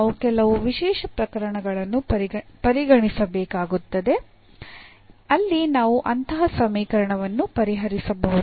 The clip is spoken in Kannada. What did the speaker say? ನಾವು ಕೆಲವು ವಿಶೇಷ ಪ್ರಕರಣಗಳನ್ನು ಪರಿಗಣಿಸಬೇಕಾಗುತ್ತದೆ ಅಲ್ಲಿ ನಾವು ಅಂತಹ ಸಮೀಕರಣವನ್ನು ಪರಿಹರಿಸಬಹುದು